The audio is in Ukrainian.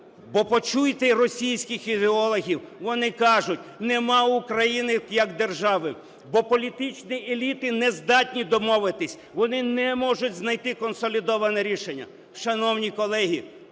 Бо почуйте і російських ідеологів, вони кажуть: нема України як держави. Бо політичні еліти не здатні домовитись, вони не можуть знайти консолідоване рішення. Шановні колеги,